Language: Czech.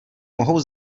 mohou